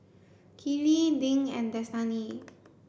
Keely Dink and Destany